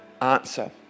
answer